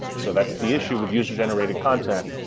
so that's the issue with user-generated content.